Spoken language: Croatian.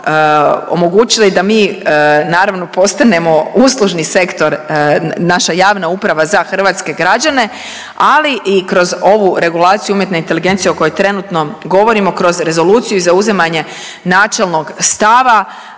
naravno omogućili da mi naravno postanemo uslužni sektor, naša javna uprava za hrvatske građane, ali i kroz ovu regulaciju umjetne inteligencije o kojoj trenutno govorimo kroz rezoluciju i zauzimanje načelnog stava